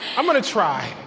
i'm gonna try.